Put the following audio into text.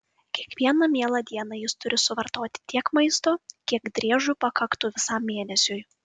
kiekvieną mielą dieną jis turi suvartoti tiek maisto kiek driežui pakaktų visam mėnesiui